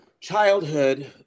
childhood